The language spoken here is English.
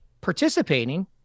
participating